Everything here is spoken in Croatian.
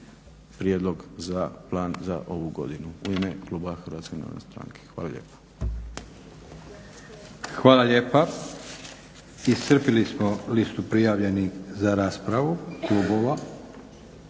prijedlog za plan za ovu godinu u ime kluba HNS-a. Hvala lijepo. **Leko, Josip (SDP)** Hvala lijepa. Iscrpili smo listu prijavljenih za raspravu klubova.